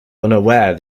unaware